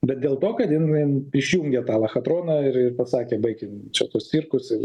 bet dėl to kad jin išjungė tą lachatroną ir pasakė baikit čia tuos cirkus ir